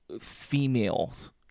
females